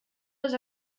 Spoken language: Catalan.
les